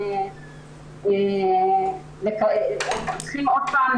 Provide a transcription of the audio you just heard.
הם צריכים עוד פעם